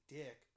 dick